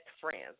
friends